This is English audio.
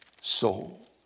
soul